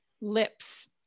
Lips